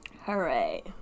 Hooray